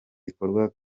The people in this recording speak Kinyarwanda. bikorwa